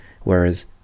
whereas